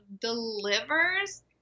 delivers